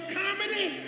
comedy